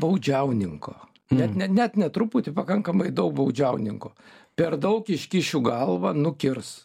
baudžiauninko net ne net ne truputį pakankamai daug baudžiauninko per daug iškišiu galvą nukirs